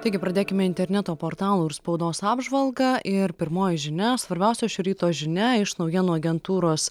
taigi pradėkime interneto portalų ir spaudos apžvalgą ir pirmoji žinia svarbiausia šio ryto žinia iš naujienų agentūros